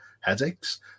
headaches